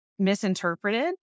misinterpreted